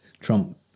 Trump